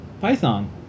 Python